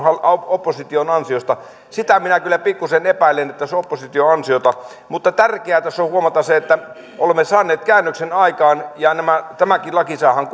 opposition ansiosta sitä minä kyllä pikkusen epäilen että se on opposition ansiota mutta tärkeää tässä on huomata se että olemme saaneet käännöksen aikaan ja tämäkin laki saadaan